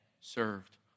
served